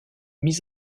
mise